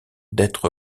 d’être